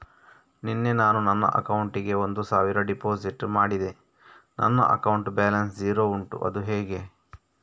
ನಿನ್ನೆ ನಾನು ನನ್ನ ಅಕೌಂಟಿಗೆ ಒಂದು ಸಾವಿರ ಡೆಪೋಸಿಟ್ ಮಾಡಿದೆ ನನ್ನ ಅಕೌಂಟ್ ಬ್ಯಾಲೆನ್ಸ್ ಝೀರೋ ಉಂಟು ಅದು ಹೇಗೆ?